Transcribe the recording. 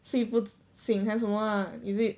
睡不醒海事什么 lah is it